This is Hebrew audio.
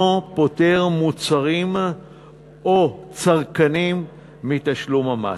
פוטר מוצרים או צרכנים מתשלום המס.